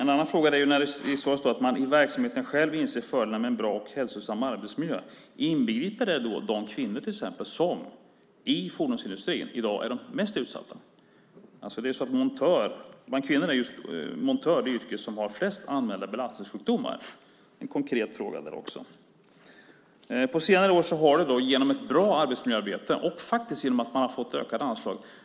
I svaret står det att man i verksamheterna själv inser fördelarna med en bra och hälsosam arbetsmiljö. Inbegriper det till exempel de kvinnor som i fordonsindustrin i dag är de mest utsatta? Bland kvinnorna är just montör det yrke som har flest anmälda belastningssjukdomar. Det är också en konkret fråga. På senare år har det gått bra genom ett gott arbetsmiljöarbete och, faktiskt, genom att man har fått ökade anslag.